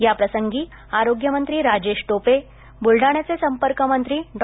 याप्रसंगी आरोग्यमंत्री राजेश टोपे ब्रलडाण्याचे संपर्कमंत्री डॉ